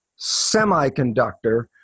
semiconductor